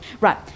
right